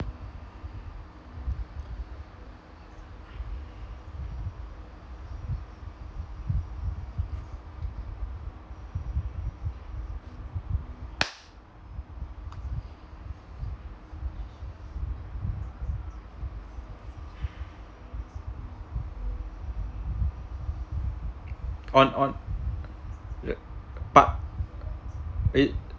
on on part